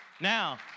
Now